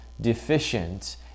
deficient